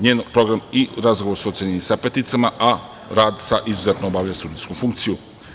Njen program i razgovor su ocenjeni sa „pet“, a rad sa „izuzetno obavlja sudijsku funkciju“